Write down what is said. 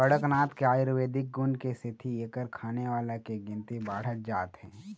कड़कनाथ के आयुरबेदिक गुन के सेती एखर खाने वाला के गिनती बाढ़त जात हे